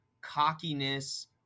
cockiness